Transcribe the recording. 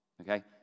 okay